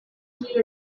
strange